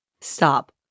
Stop